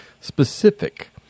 specific